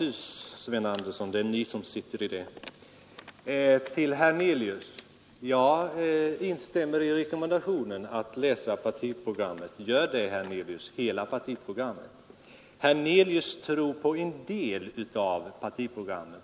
Herr talman! Det är Ni som sitter i glashus, Sven Andersson! Till herr Hernelius: Jag instämmer i rekommendationen att läsa partiprogrammet. Gör det, herr Hernelius; läs hela partiprogrammet! Herr Hernelius tror på en del av partiprogrammet.